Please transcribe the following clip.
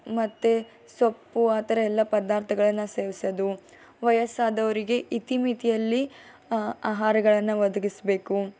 ಮತ್ತೆ ಸೊಪ್ಪು ಆ ಥರ ಎಲ್ಲ ಪದಾರ್ಥಗಳನ್ನು ಸೇವಿಸೋದು ವಯಸ್ಸಾದವರಿಗೆ ಇತಿಮಿತಿಯಲ್ಲಿ ಆಹಾರಗಳನ್ನು ಒದಗಿಸಬೇಕು